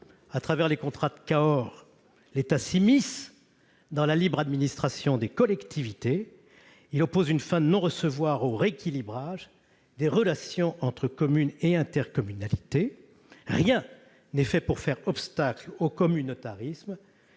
À travers les « contrats de Cahors », l'État s'immisce dans la libre administration des collectivités. Il oppose aussi une fin de non-recevoir au rééquilibrage des relations entre communes et intercommunalités. Rien n'est fait pour faire obstacle au communautarisme.